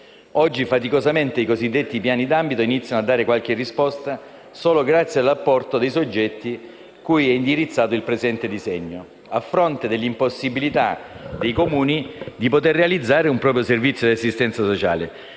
Oggi faticosamente i cosiddetti piani d'ambito iniziano a dare qualche risposta solo grazie all'apporto dei soggetti cui è indirizzato il presente disegno di legge, a fronte dell'impossibilità dei Comuni di poter realizzare un proprio servizio di assistenza sociale.